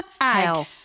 hell